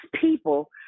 people